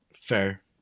fair